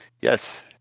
Yes